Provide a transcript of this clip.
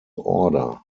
order